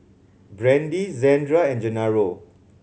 Brandie Zandra and Gennaro